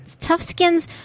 Toughskins